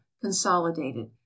consolidated